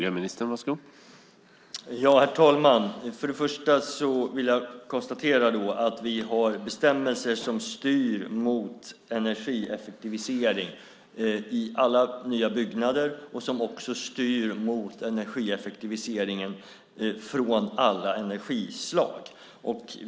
Herr talman! Jag konstaterar att vi har bestämmelser som styr mot energieffektivisering i alla nya byggnader och mot energieffektivisering av alla energislag.